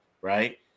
Right